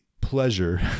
pleasure